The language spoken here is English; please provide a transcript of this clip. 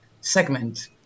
segment